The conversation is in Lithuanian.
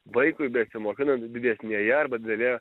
vaikui besimokinant didesnėje arba didelėje